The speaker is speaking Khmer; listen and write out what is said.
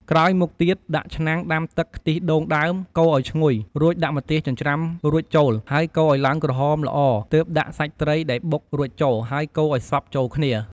ក្រោយមកទៀតដាក់ឆ្នាំងដាំទឹកខ្ទិះដូងដើម កូរឱ្យឈ្ងុយ រួចដាក់ម្ទេសចិញ្ច្រាំរួចចូល ហើយកូរឱ្យឡើងក្រហមល្អទើបដាក់សាច់ត្រីដែលបុករួចចូល ហើយកូរឱ្យសព្វចូលគ្នា។